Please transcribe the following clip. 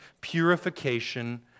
purification